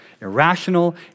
irrational